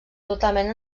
totalment